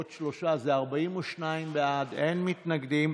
עוד שלושה, 42 בעד, אין מתנגדים.